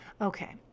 Okay